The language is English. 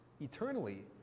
eternally